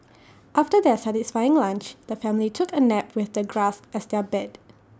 after their satisfying lunch the family took A nap with the grass as their bed